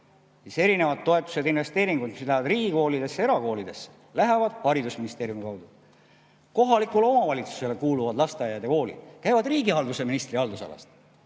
erinevad toetused-investeeringud, mis lähevad riigikoolidesse ja erakoolidesse, lähevad haridusministeeriumi kaudu. Kohalikule omavalitsusele kuuluvad lasteaiad ja koolid käivad riigihalduse ministri haldusalasse.